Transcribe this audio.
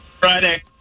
Friday